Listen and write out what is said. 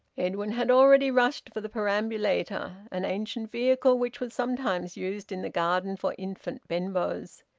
edwin had already rushed for the perambulator, an ancient vehicle which was sometimes used in the garden for infant benbows.